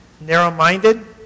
narrow-minded